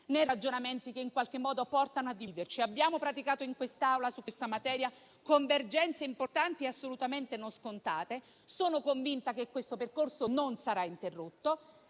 né bandierine che in qualche modo portano a dividerci. Abbiamo praticato in quest'Aula, su questa materia, convergenze importanti e assolutamente non scontate. Sono convinta che questo percorso non sarà interrotto.